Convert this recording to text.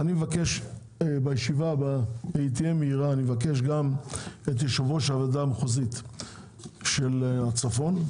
בישיבה הבאה אני מבקש את יו"ר הוועדה המחוזית של הצפון,